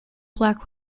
black